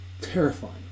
terrifying